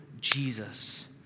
Jesus